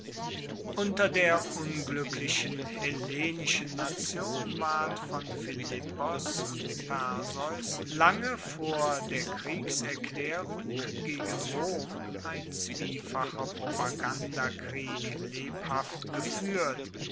unter der ungluecklichen hellenischen nation ward von philippos und perseus lange vor der kriegserklaerung gegen rom ein zwiefacher propagandakrieg lebhaft gefuehrt